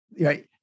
right